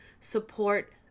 support